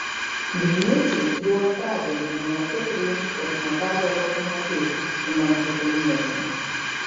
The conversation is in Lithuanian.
vilniečiai jau antradienį namuose priims krasnodaro lokomotiv su mantu kalniečiu